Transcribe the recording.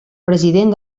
president